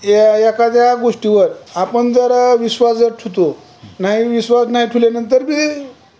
या एखादया गोष्टीवर आपण जर विश्वास जर ठेवतो नाही विश्वास नाही ठेवल्यानंतर बी